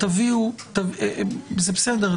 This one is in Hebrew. זה בסדר,